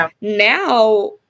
now